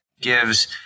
gives